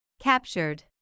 Captured